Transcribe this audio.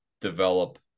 develop